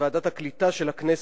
בוועדת הקליטה של הכנסת,